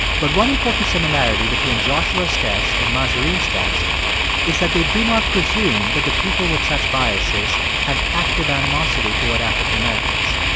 but one important similarity between joshua's test and mahzarin's test is that they do not presume that the people with such biases have active animosity toward african-americans.